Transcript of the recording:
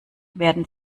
werden